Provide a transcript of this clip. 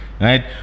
right